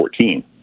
2014